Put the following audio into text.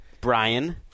Brian